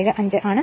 75 ആണ്